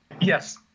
Yes